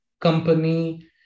company